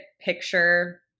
picture